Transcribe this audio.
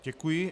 Děkuji.